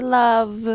love